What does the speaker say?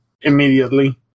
immediately